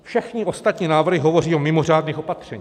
Všechny ostatní návrhy hovoří o mimořádných opatřeních.